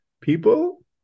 people